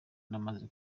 namaze